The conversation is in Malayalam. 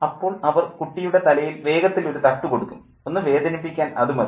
അപ്പോൾ അവർ കുട്ടിയുടെ തലയിൽ വേഗത്തിൽ ഒരു തട്ടു കൊടുക്കും ഒന്നു വേദനിപ്പിക്കാൻ അതു മതി